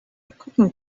cooking